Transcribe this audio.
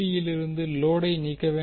யிலிருந்து லோடை நீக்கவேண்டும்